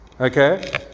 Okay